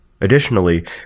Additionally